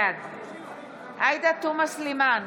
בעד עאידה תומא סלימאן,